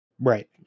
Right